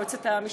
היועצת המשפטית.